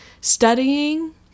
studying